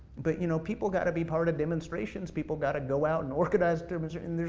but you know, people gotta be part of demonstrations, people gotta go out and organize demonstrations,